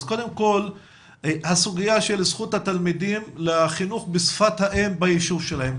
אז קודם כל הסוגיה של זכות התלמידים לחינוך בשפת האם ביישוב שלהם.